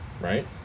right